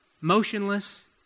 motionless